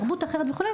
תרבות אחרת וכו',